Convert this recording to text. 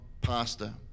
pastor